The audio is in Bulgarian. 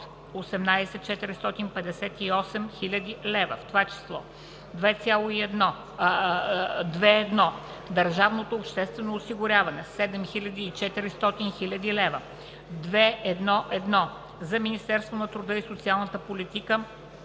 18 458 хил. лв., в това число: 2.1. Държавното обществено осигуряване 7400 хил. лв., 2.1.1. - за Министерството на труда и социалната политика